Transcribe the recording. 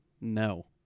no